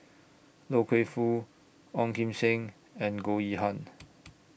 Loy Keng Foo Ong Kim Seng and Goh Yihan